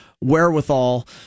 wherewithal